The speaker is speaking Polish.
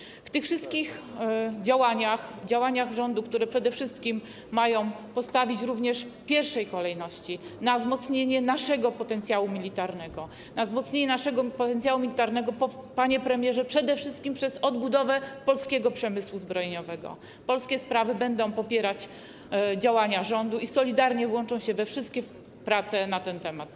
Jeśli chodzi o te wszystkie działania, działania rządu, które przede wszystkim mają postawić również w pierwszej kolejności na wzmocnienie naszego potencjału militarnego - na wzmocnienie naszego potencjału militarnego, panie premierze, przede wszystkim przez odbudowę polskiego przemysłu zbrojeniowego - Polskie Sprawy będą popierać działania rządu i solidarnie włączą się we wszystkie prace na ten temat.